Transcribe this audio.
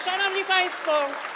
Szanowni Państwo!